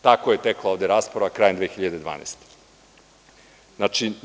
Tako je tekla ovde rasprava krajem 2012. godine.